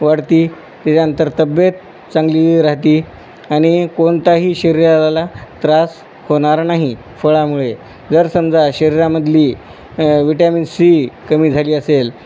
वाढते त्याच्यानंतर तब्येत चांगली राहते आणि कोणताही शरीराला त्रास होणार नाही फळामुळे जर समजा शरीरामधली विटॅमिन सी कमी झाली असेल